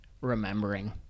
remembering